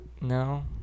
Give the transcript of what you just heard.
no